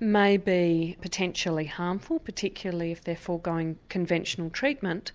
may be potentially harmful, particularly if they're foregoing conventional treatment,